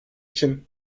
için